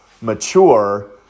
mature